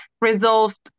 resolved